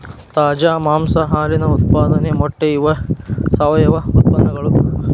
ತಾಜಾ ಮಾಂಸಾ ಹಾಲಿನ ಉತ್ಪಾದನೆ ಮೊಟ್ಟೆ ಇವ ಸಾವಯುವ ಉತ್ಪನ್ನಗಳು